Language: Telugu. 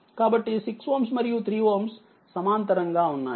కాబట్టి 6Ωమరియు 3Ωసమాంతరంగా ఉన్నాయి